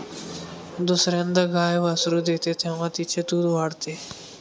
दुसर्यांदा गाय वासरू देते तेव्हा तिचे दूध वाढते